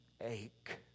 ache